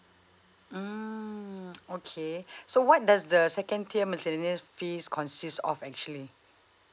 mm okay so what does the second tier miscellaneous fees consist of actually